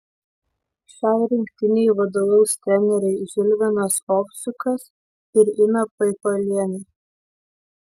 šiai rinktinei vadovaus treneriai žilvinas ovsiukas ir ina paipalienė